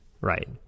right